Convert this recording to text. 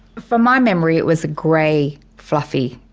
from my memory it was a grey fluffy,